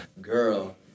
girl